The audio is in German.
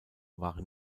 waren